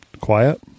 quiet